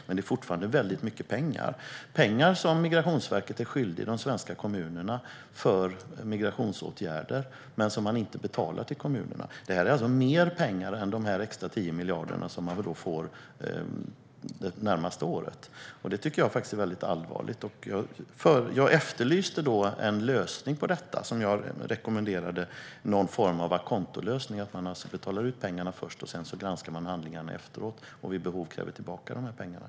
Men det är fortfarande väldigt mycket pengar - pengar som Migrationsverket är skyldigt de svenska kommunerna för migrationsåtgärder men som man inte betalar till kommunerna. Det är alltså mer pengar än de extra 10 miljarderna som kommunerna får det närmaste året. Detta är mycket allvarligt. Jag efterlyste en lösning på detta och rekommenderade någon form av a conto-lösning, alltså att man betalar ut pengarna först, granskar handlingarna efteråt och vid behov kräver tillbaka pengarna.